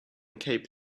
cape